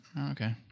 okay